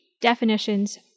definitions